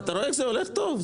אתה רואה, זה הולך טוב.